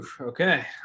Okay